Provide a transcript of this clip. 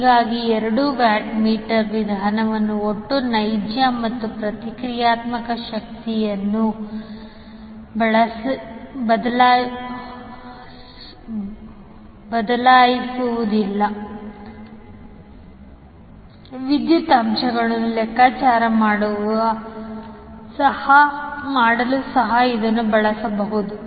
ಹೀಗಾಗಿ ಎರಡು ವ್ಯಾಟ್ಮೀಟರ್ ವಿಧಾನವು ಒಟ್ಟು ನೈಜ ಮತ್ತು ಪ್ರತಿಕ್ರಿಯಾತ್ಮಕ ಶಕ್ತಿಯನ್ನು ಒದಗಿಸುವುದಲ್ಲದೆ ವಿದ್ಯುತ್ ಅಂಶವನ್ನು ಲೆಕ್ಕಾಚಾರ ಮಾಡಲು ಸಹ ಇದನ್ನು ಬಳಸಬಹುದು